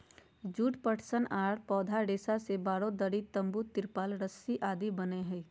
जुट, पटसन आर पौधा रेशा से बोरा, दरी, तंबू, तिरपाल रस्सी आदि बनय हई